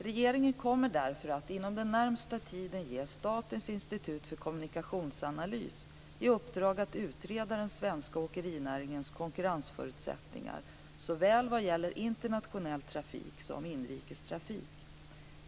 Regeringen kommer därför att inom den närmaste tiden ge Statens institut för kommunikationsanalys i uppdrag att utreda den svenska åkerinäringens konkurrensförutsättningar såväl vad gäller internationell trafik som inrikestrafik.